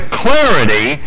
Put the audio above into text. clarity